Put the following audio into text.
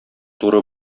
туры